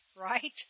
Right